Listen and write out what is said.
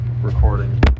recording